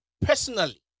Personally